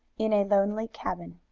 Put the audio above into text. in a lonely cabin